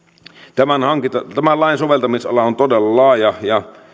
tämän lain soveltamisala on todella laaja